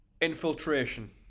infiltration